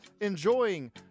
enjoying